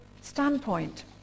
standpoint